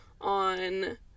on